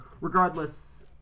regardless